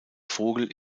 vogel